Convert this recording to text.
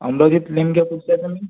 अमरावतीत नेमके कुठं आहे तुम्ही